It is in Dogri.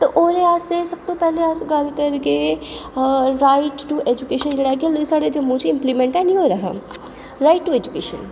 ते ओह्दे आस्तै अस सब तू पैह्लें गल्ल करचै राइट टू ऐजूकेशन ऐ जेह्ड़ा कि ऐल्ले जेह्ड़ा साढ़े जम्मू च इम्पलीमेंट ऐन्नी होए दा ऐ राइट टू ऐजूकेशन